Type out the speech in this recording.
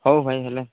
ହଉ ଭାଇ ହେଲେ